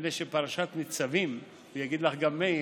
מפני שפרשת ניצבים, יגיד לך גם מאיר,